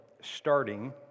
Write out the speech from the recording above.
starting